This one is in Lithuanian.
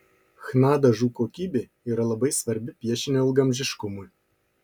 chna dažų kokybė yra labai svarbi piešinio ilgaamžiškumui